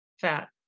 fat